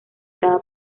cada